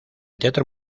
teatro